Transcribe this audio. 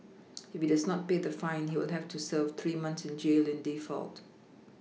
if he does not pay the fine he will have to serve three months in jail in default